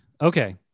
okay